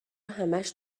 همش